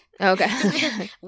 Okay